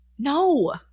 No